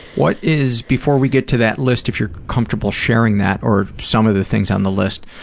what is, before we get to that list, if you're comfortable sharing that or some of the things on the list,